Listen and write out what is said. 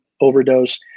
overdose